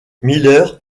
miller